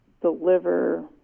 deliver